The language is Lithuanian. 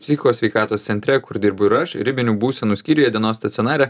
psichikos sveikatos centre kur dirbu ir aš ribinių būsenų skyriuje dienos stacionare